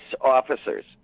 officers